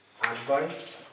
Advice